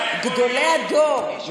גדולי הדור.